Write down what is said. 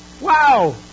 Wow